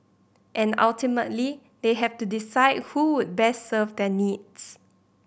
and ultimately they have to decide who would best serve their needs